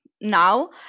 now